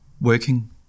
working